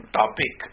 topic